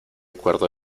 cuerdo